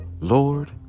Lord